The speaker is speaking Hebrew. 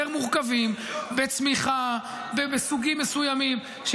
מורכבים בצמיחה ובסוגים מסוימים -- זה